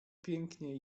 pięknie